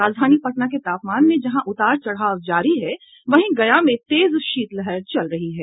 राजधानी पटना के तापमान में जहां उतार चढाव जारी है वहीं गया में तेज शीतलहर चल रही है